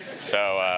so